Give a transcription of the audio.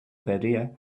perdia